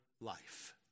life